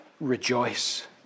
rejoice